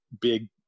big